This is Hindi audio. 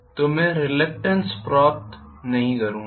तो मैं रिलक्टेन्स टॉर्क प्राप्त नहीं करूंगा